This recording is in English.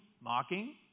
mocking